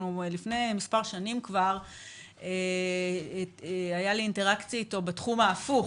לפני מספר שנים הייתה לי אינטראקציה איתו בתחום ההפוך,